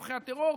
תומכי הטרור.